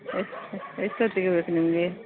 A ಎ ಎಷ್ಟೊತ್ತಿಗೆ ಬೇಕು ನಿಮಗೆ